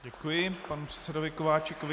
Děkuji panu předsedovi Kováčikovi.